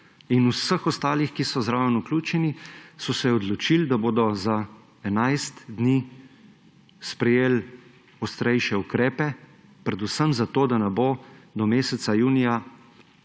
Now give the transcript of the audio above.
in vseh ostalih, ki so zraven vključeni. Odločili so se, da bodo za 11 dni sprejeli ostrejše ukrepe predvsem zato, da ne bo do meseca junija